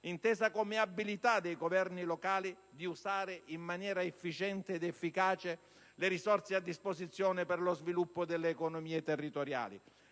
intesa come abilità dei governi locali di usare in maniera efficiente ed efficace le risorse a disposizione per lo sviluppo delle economie territoriali.